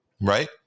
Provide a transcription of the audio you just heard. right